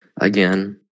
Again